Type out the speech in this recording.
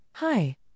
Hi